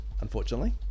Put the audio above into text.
unfortunately